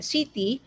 City